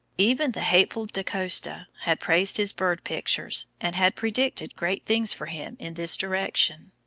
even the hateful da costa had praised his bird pictures and had predicted great things for him in this direction.